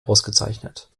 ausgezeichnet